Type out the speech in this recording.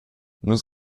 nus